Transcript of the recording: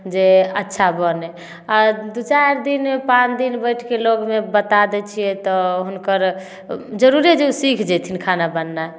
जे अच्छा बनै आ दू चारि दिन पाँच दिन बैठके लगमे बता दै छियै तऽ हुनकर जरूरे जे सीख जयथिन खाना बनेनाइ